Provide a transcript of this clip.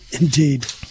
indeed